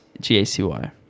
G-A-C-Y